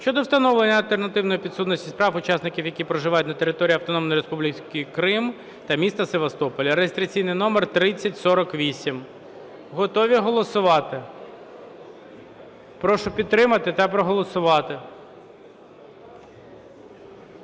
щодо встановлення альтернативної підсудності справ, учасники яких проживають на території Автономної Республіки Крим та міста Севастополя (реєстраційний номер 3048). Готові голосувати? Прошу підтримати та проголосувати.